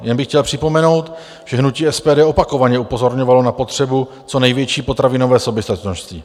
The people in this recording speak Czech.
Jen bych chtěl připomenout, že hnutí SPD opakovaně upozorňovalo na potřebu co největší potravinové soběstačnosti.